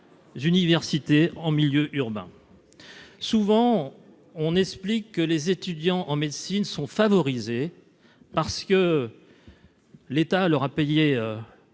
l'université en milieu urbain, souvent, on explique que les étudiants en médecine sont favorisés parce que l'État leur a payé